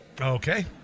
Okay